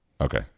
okay